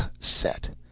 set,